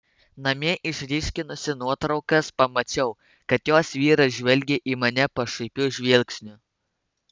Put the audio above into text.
namie išryškinusi nuotraukas pamačiau kad jos vyras žvelgia į mane pašaipiu žvilgsniu